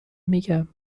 میگم